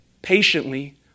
patiently